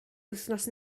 wythnos